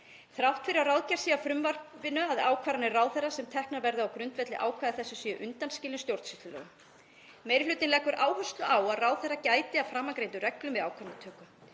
þrátt fyrir að ráðgert sé í frumvarpinu að ákvarðanir ráðherra sem teknar verða á grundvelli ákvæða þess séu undanskildar stjórnsýslulögum“. Meiri hlutinn leggur áherslu á að ráðherra gæti að framangreindum reglum við ákvörðunartöku.